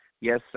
yes